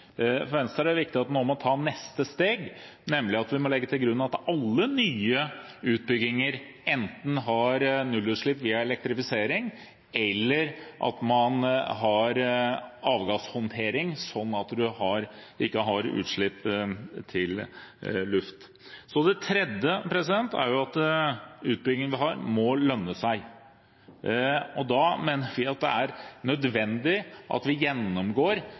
For Venstre er det nå viktig at vi må ta neste steg, nemlig at vi må legge til grunn at alle nye utbygginger enten har nullutslipp via elektrifisering, eller at man har avgasshåndtering sånn at man ikke har utslipp til luft. Det tredje er at utbygging må lønne seg. Da mener vi at det er nødvendig at vi gjennomgår